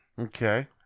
okay